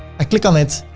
i click on it.